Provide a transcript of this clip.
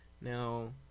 Now